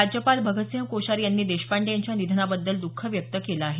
राज्यपाल भगतसिंह कोश्यारी यांनी देशपांडे यांच्या निधनाबद्दल दःख व्यक्त केलं आहे